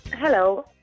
Hello